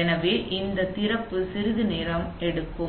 எனவே இந்த திறப்பு சிறிது நேரம் எடுக்கும்